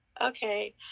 Okay